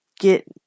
get